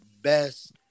best